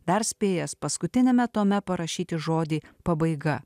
dar spėjęs paskutiniame tome parašyti žodį pabaiga